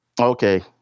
Okay